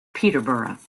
peterborough